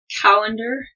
calendar